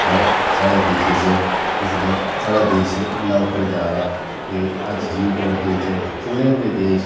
होर साढ़े देश च इसलै साढ़ा देश इन्ना उप्पर जा दा ते अज्ज जी टवेंटी च चुने हुए देश